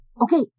okay